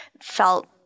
felt